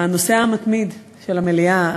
הנוסע המתמיד של המליאה.